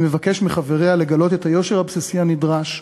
אני מבקש מחבריה לגלות את היושר הבסיסי הנדרש,